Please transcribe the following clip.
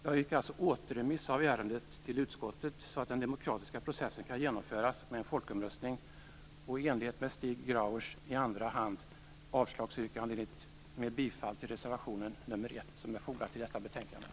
Jag yrkar återremiss av ärendet till utskottet så att den demokratiska processen kan genomföras med en folkomröstning. I andra hand yrkar jag i enlighet med Stig Grauers avslagsyrkande, med bifall till reservation nr 1 som är fogad till betänkandet.